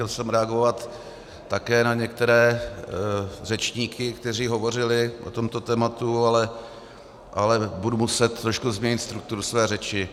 Chtěl jsem reagovat také na některé řečníky, kteří hovořili o tomto tématu, ale budu muset trošku změnit strukturu své řeči.